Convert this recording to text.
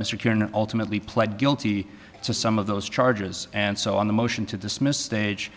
mr curin ultimately pled guilty to some of those charges and so on the motion to dismiss stage